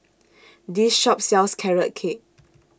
This Shop sells Carrot Cake